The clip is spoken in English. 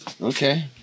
Okay